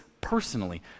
personally